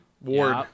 Ward